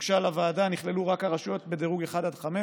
שהוגשה לוועדה נכללו רק הרשויות בדירוג 1 5,